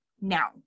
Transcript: now